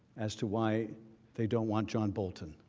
as to why they don't want john bolton.